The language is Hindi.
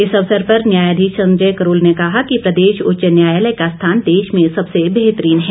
इस अवसर पर न्यायाधीश संजय करोल ने कहा कि प्रदेश उच्च न्यायालय का स्थान देश में सबसे बेहतरीन है